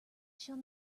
shall